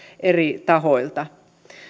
eri tahoilta